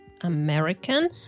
American